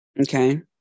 Okay